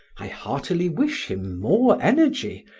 i heartily wish him more energy.